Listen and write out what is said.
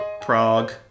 Prague